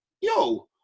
yo